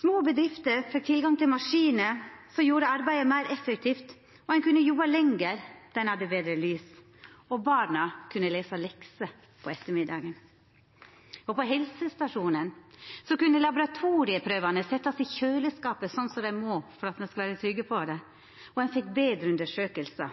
Små bedrifter fekk tilgang til maskiner som gjorde arbeidet meir effektivt, og ein kunne jobba lenger då ein hadde betre lys. Barna kunne lesa lekser om ettermiddagen. På helsestasjonen kunne laboratorieprøvar setjast i kjøleskap, slik ein må for at ein skal vera trygge på dei, og undersøkingane vart betre.